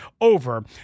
over